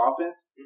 offense